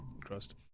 crust